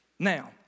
Now